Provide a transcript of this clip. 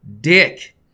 dick